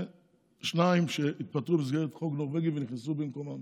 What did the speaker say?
שניים התפטרו במסגרת חוק הנורבגי ונכנסו במקומם